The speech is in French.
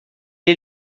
est